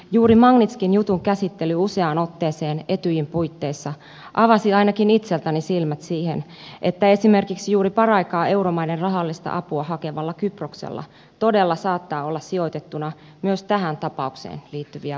juuri magnitskin jutun käsittely useaan otteeseen etyjin puitteissa avasi ainakin itseltäni silmät siihen että esimerkiksi juuri paraikaa euromaiden rahallista apua hakevalla kyproksella todella saattaa olla sijoitettuna myös tähän tapaukseen liittyviä varoja